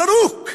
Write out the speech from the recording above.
זרוק?